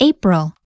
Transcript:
April